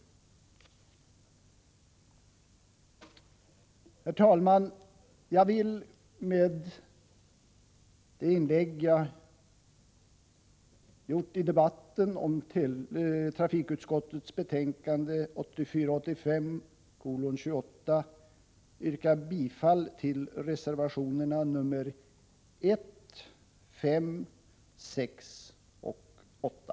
Herr talman! Jag vill med detta inlägg i debatten om trafikutskottets betänkande 1984/85:28 yrka bifall till reservationerna 1, 5, 6 och 8.